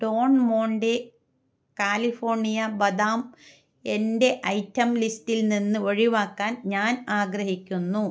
Don Monte California ബദാം എന്റെ item ലിസ്റ്റിൽ നിന്ന് ഒഴിവാക്കാൻ ഞാൻ ആഗ്രഹിക്കുന്നു